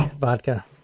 vodka